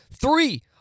three